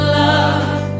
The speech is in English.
love